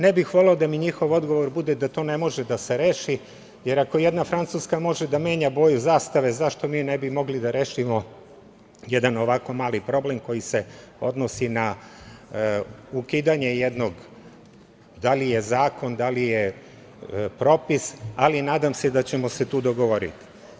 Ne bih voleo da mi njihov odgovor bude da to ne može da se reši, jer ako jedna Francuska može da menja boju zastave, zašto mi ne bismo mogli da rešimo jedan ovako mali problem koji se odnosi na ukidanje jednog da li je zakon, da li je propis, ali nadam se da ćemo se tu dogovoriti.